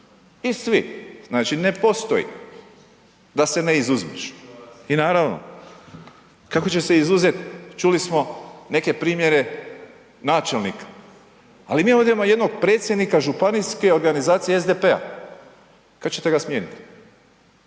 I svi, znači ne postoji da se ne izuzmeš. I naravno kako će se izuzet čuli smo neke primjere načelnik, ali mi ovdje imamo jednog predsjednika Županijske organizacije SDP-a, kada ćete ga smijeniti,